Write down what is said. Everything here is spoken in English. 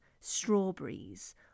strawberries